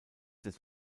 des